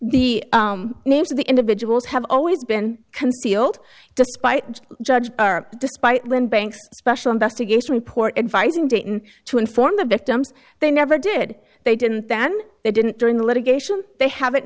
the names of the individuals have always been concealed despite the judge despite when banks special investigation report advising dayton to inform the victims they never did they didn't then they didn't during the litigation they have it